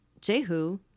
Jehu